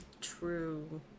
True